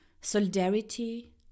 solidarity